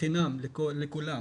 חינם לכולם.